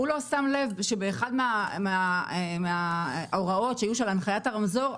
הוא לא שם לב שבאחת מההוראות שהיו של הנחיית הרמזור,